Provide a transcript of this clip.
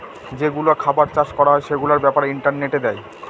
যেগুলো খাবার চাষ করা হয় সেগুলোর ব্যাপারে ইন্টারনেটে দেয়